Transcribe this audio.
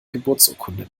geburtsurkunde